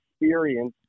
experience